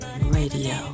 radio